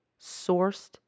sourced